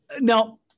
now